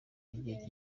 igihe